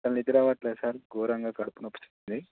నిద్ర పట్టలేదు సార్ ఘోరంగా కడుపు నొప్పి వచ్చింది